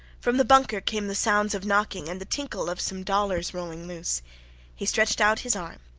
from the bunker came the sounds of knocking and the tinkle of some dollars rolling loose he stretched out his arm,